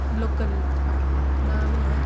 local नाम